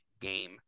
game